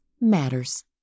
matters